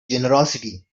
generosity